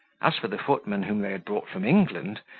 as for the footman whom they had brought from england,